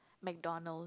McDonald